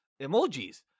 emojis